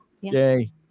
Yay